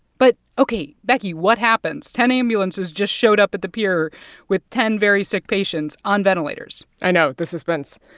but ok, becky, what happens? ten ambulances just showed up at the pier with ten very sick patients on ventilators i know the suspense.